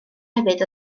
hefyd